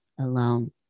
alone